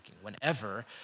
Whenever